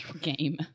Game